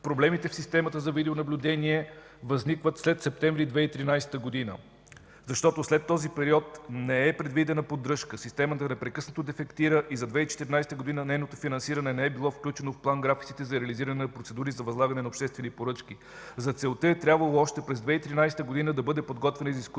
Проблемите в системата за видеонаблюдение възникват след септември 2013 г., защото след този период не е предвидена поддръжка. Системата непрекъснато дефектира и за 2014 г. нейното финансиране не е било включено в план-графиците за реализиране на процедури за възлагане на обществени поръчки. За целта е трябвало още през 2013 г. да бъде подготвена изискуема